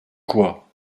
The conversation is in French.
quoi